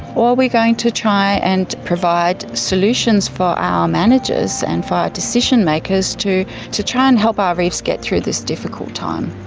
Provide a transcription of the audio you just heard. or are we going to try and provide solutions for our managers and for our decision-makers to to try and help our reefs get through this difficult time?